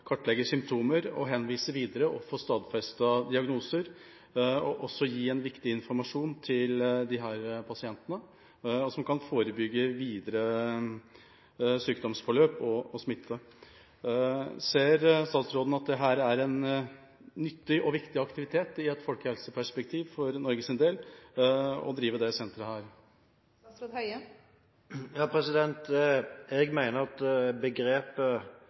kartlegge symptomer og henvise videre, stadfeste diagnoser og gi viktig informasjon til disse pasientene, noe som kan forebygge videre sykdomsforløp og smitte. Ser statsråden at det i et folkehelseperspektiv er en nyttig og viktig aktivitet å drive dette senteret for Norges del?